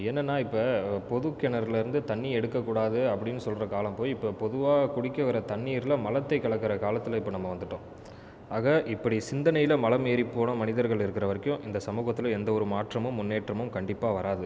என்னென்னா இப்போ ஒரு பொது கிணறுலேருந்து தண்ணி எடுக்கக் கூடாது அப்படின்னு சொல்கிற காலம் போய் இப்போ பொதுவாக குடிக்க வர தண்ணீரியில் மலத்தை கலக்கிற காலத்தில் இப்போ நம்ம வந்துட்டோம் ஆக இப்படி சிந்தனையில் மலம் ஏறி போன மனிதர்கள் இருக்கின்ற வரைக்கும் இந்த சமூகத்தில் எந்த ஒரு மாற்றமும் முன்னேற்றமும் கண்டிப்பாக வராது